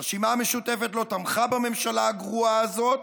הרשימה המשותפת לא תמכה בממשלה הגרועה הזאת